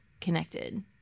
connected